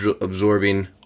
absorbing